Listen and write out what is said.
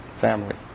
family